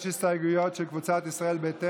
יש הסתייגויות של קבוצת סיעת ישראל ביתנו,